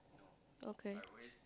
okay